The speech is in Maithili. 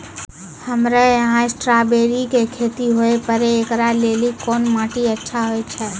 हमरा यहाँ स्ट्राबेरी के खेती हुए पारे, इकरा लेली कोन माटी अच्छा होय छै?